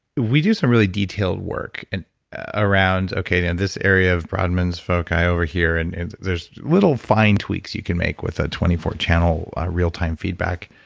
we do some really detailed work and around okay, this area of foci over here, and and there's little fine tweaks you can make with a twenty four channel real-time feedback.